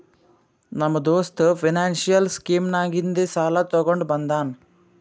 ನಮ್ಮ ದೋಸ್ತ financial scheme ನಾಗಿಂದೆ ಸಾಲ ತೊಂಡ ಬಂದಾನ್